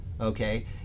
Okay